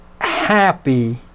happy